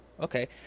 Okay